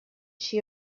she